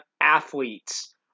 athletes